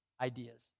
ideas